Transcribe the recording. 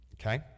Okay